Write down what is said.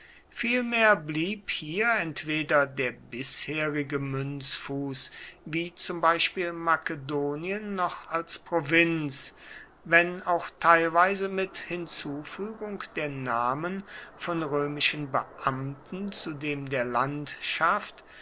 vielmehr blieb hier entweder der bisherige münzfuß wie zum beispiel makedonien noch als provinz wenn auch teilweise mit hinzufügung der namen von römischen beamten zu dem der landschaft